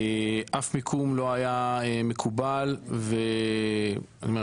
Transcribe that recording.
אף מיקום לא היה מקובל ואני אומר,